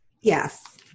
Yes